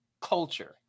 culture